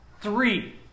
three